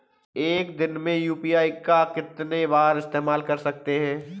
एक दिन में यू.पी.आई का कितनी बार इस्तेमाल कर सकते हैं?